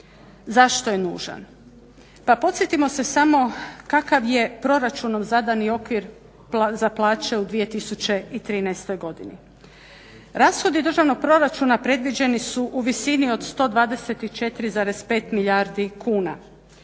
Zašto je nužan? Pa podsjetimo se samo kakav je proračunov zadani okvir za plaće u 2013. godini? Rashodi državnog proračuna predviđeni su u visini od 124,5 milijardi kuna,